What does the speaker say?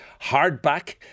Hardback